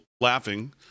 laughing